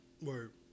word